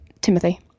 Timothy